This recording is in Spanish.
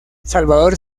salvador